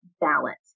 balance